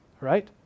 right